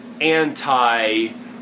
anti-